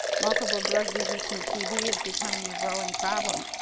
multiple-drug-resistant tb is becoming a growing problem.